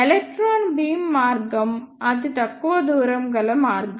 electron beam మార్గం అతి తక్కువ దూరం గల మార్గం